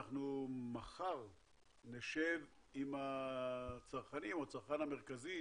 מחר אנחנו נשב עם הצרכנים או הצרכן המרכזי,